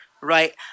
right